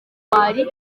kwari